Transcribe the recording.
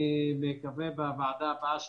אני מקווה שבוועדה הבאה שלך,